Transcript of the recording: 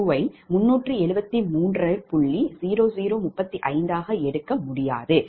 0035வாக எடுக்க முடியாது